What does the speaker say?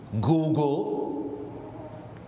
Google